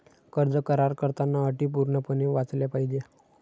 कर्ज करार करताना अटी पूर्णपणे वाचल्या पाहिजे